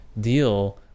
deal